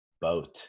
boat